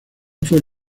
fue